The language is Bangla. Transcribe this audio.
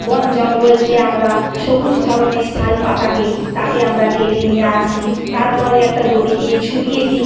বন জঙ্গল যেয়ে আমরা সবুজ ধরনের শাল পাতাকে তাকে আমরা কেটে নিয়ে আসি তার পরে একটা দড়ি দিয়ে ঝুলিয়ে দিই